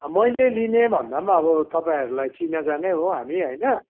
मैले लिने भन्दा पनि अब तपाईँहरूलाई चिनाजानै हो हामी होइन